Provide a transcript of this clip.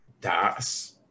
das